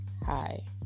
Hi